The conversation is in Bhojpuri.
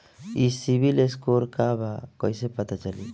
ई सिविल स्कोर का बा कइसे पता चली?